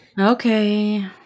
Okay